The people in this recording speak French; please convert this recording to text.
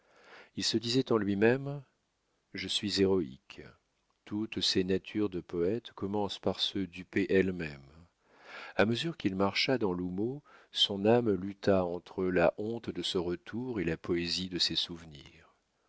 il se disait en lui-même je suis héroïque toutes ces natures de poète commencent par se duper elles-mêmes a mesure qu'il marcha dans l'houmeau son âme lutta entre la honte de ce retour et la poésie de ces souvenirs